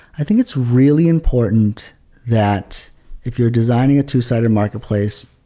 i think it's really important that if you're designing a two-sided marketplace,